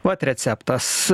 vat receptas